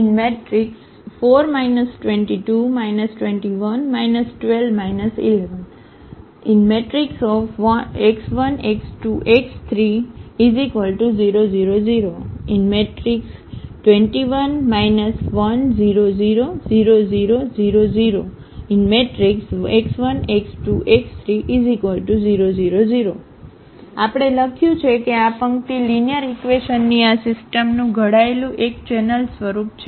4 2 2 2 1 1 2 1 1 x1 x2 x3 0 0 0 2 1 1 0 0 0 0 0 0 x1 x2 x3 0 0 0 આપણે લખ્યું છે કે આ પંક્તિ લીનીઅરઈક્વેશનની આ સિસ્ટમનું ઘટાડેલું એકચેનલ સ્વરૂપ છે